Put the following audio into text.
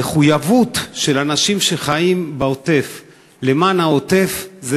המחויבות של אנשים שחיים בעוטף למען העוטף זה